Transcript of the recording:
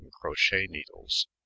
crochet-needles